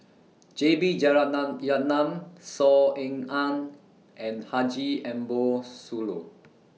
J B Saw Ean Ang and Haji Ambo Sooloh